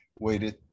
waited